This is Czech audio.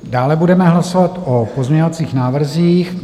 Dále budeme hlasovat o pozměňovacích návrzích.